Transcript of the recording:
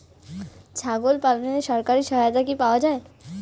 ছাগল পালনে সরকারি সহায়তা কি পাওয়া যায়?